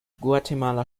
guatemala